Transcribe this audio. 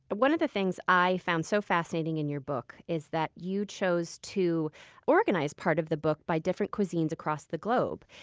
but one of the things that i found so fascinating in your book is that you chose to organize part of the book by different cuisines across the globe.